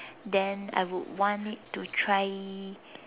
then I would want it to try